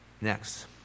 Next